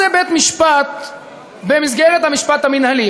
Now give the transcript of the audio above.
מה עושה בית-המשפט במסגרת המשפט המינהלי?